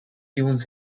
tunes